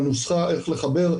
הנוסחה איך לחבר,